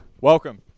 Welcome